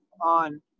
on